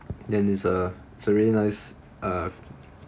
and it's a it's a really nice uh